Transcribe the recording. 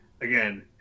again